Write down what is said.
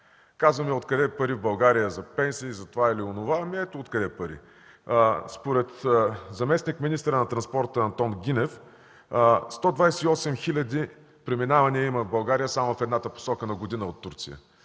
Казваме: „Откъде пари в България за пенсии, за това или онова?“ – ето откъде пари. Според заместник-министъра на транспорта Антон Гинев 128 хиляди преминавания на година има в България само в едната посока от Турция.